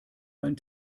ein